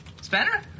Spanner